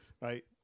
right